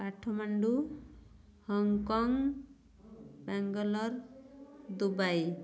Kathmandu Hong Kong Bangalore Dubai